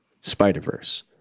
Spider-Verse